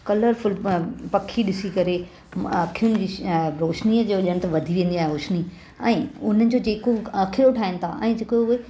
colourful पखी ॾिसी करे अखियुनि जी रोशनी जो ॼणु वधी वेंदी आहे रोशनी ऐं उनजो जेको आखेड़ो ठाहिनि था ऐं जेको हूअ